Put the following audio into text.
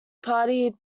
party